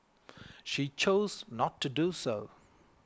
she chose not to do so